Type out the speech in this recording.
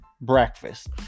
breakfast